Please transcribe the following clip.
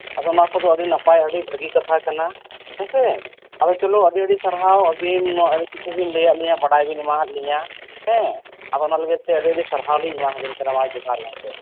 ᱟᱫᱚ ᱚᱱᱟ ᱠᱚᱫᱚ ᱟᱹᱰᱤ ᱱᱟᱯᱟᱭ ᱟᱹᱰᱤ ᱵᱷᱟᱹᱜᱤ ᱠᱟᱛᱷᱟ ᱠᱟᱱᱟ ᱦᱮᱸ ᱥᱮ ᱟᱫᱚ ᱪᱚᱞᱚ ᱟᱹᱰᱤ ᱟᱹᱰᱤ ᱥᱟᱨᱦᱟᱣ ᱟᱹᱵᱤᱱᱢᱟ ᱟᱹᱰᱤ ᱠᱤᱪᱷᱩ ᱵᱤᱱ ᱞᱟᱹᱭ ᱟᱫ ᱞᱤᱧᱟᱹ ᱵᱟᱰᱟᱭ ᱵᱤᱱ ᱮᱢᱟᱫ ᱞᱤᱧᱟᱹ ᱦᱮᱸ ᱟᱫᱚ ᱚᱱᱟ ᱞᱟᱹᱜᱤᱫ ᱛᱮ ᱟᱹᱰᱤ ᱟᱹᱰᱤ ᱥᱟᱨᱦᱟᱣ ᱞᱤᱧ ᱮᱢᱟ ᱵᱤᱱ ᱠᱟᱱᱟ ᱢᱟ ᱡᱚᱦᱟᱨ ᱜᱚᱢᱠᱮ